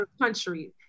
Country